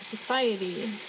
society